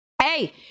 Hey